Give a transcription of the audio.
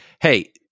Hey